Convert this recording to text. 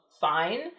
fine